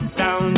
down